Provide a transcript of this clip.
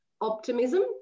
optimism